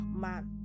man